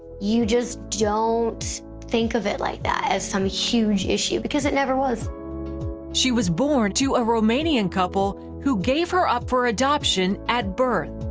you just don't think of it like that, as some huge issue, because it never was. wendy she was born to a romanian couple who gave her up for adoption at birth.